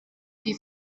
die